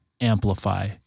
amplify